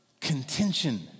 contention